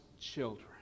children